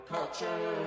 Culture